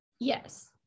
Yes